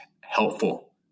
helpful